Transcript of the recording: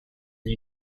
the